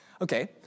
Okay